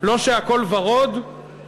לא שהכול ורוד.